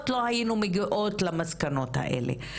לא היינו מגיעות למסקנות האלה.